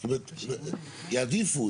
יעדיפו,